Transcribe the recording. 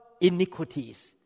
iniquities